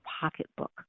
pocketbook